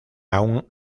aún